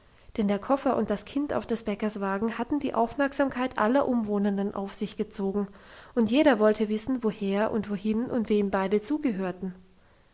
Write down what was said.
denn der koffer und das kind auf des bäckers wagen hatten die aufmerksamkeit aller umwohnenden auf sich gezogen und jeder wollte wissen woher und wohin und wem beide zugehörten